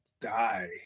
die